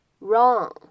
wrong